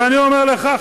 ואני אומר לך,